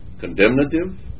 condemnative